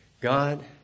God